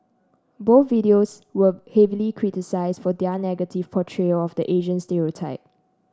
both videos were heavily criticise for their negative portrayal of the Asian stereotype